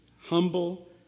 humble